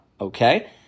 okay